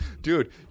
Dude